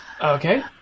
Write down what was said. Okay